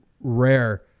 rare